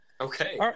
Okay